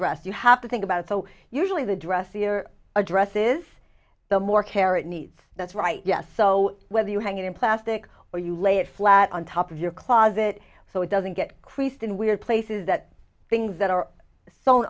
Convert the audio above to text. dress you have to think about so usually the dressier address is the more care it needs that's right yes so whether you hang it in plastic or you lay it flat on top of your closet so it doesn't get creased in weird places that things that are s